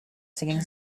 singing